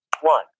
one